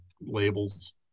labels